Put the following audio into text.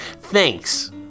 Thanks